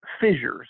fissures